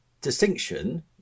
distinction